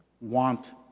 want